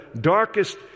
darkest